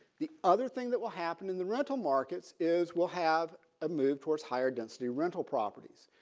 the other thing that will happen in the rental markets is we'll have a move towards higher density rental properties.